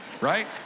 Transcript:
Right